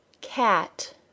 cat